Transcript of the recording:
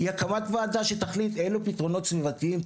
היא הקמת ועדה שתחליט אילו פתרונות סביבתיים,